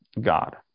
God